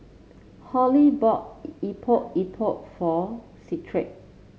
Hallie bought Epok Epok for Cephus